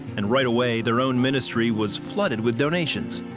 and right away, their own ministry was flooded with donations.